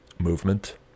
movement